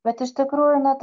bet iš tikrųjų net